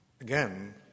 Again